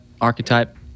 archetype